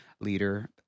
leader